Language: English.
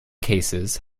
cases